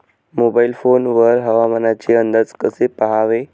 Mobile phone वर हवामानाचे अंदाज कसे पहावे?